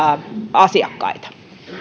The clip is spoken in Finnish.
asiakkaita